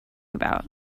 about